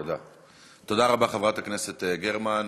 תודה רבה, חברת הכנסת גרמן.